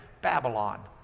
Babylon